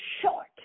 short